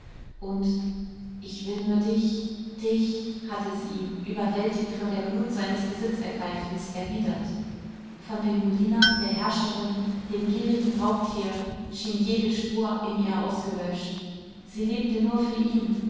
und ich will nur dich dich hatte sie ihm überwältigt von der glut seines besitzergreifens erwidert von berolina der herrscherin dem gierigen raubtier schien jede spur in ihr ausgelöscht sie lebte nur für ihn